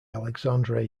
alexandre